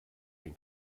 ein